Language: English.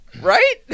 Right